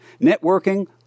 networking